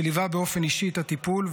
שליווה באופן אישי את הטיפול,